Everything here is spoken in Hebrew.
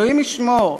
אלוהים ישמור: